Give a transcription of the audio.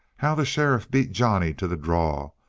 how the sheriff beat johnny to the draw,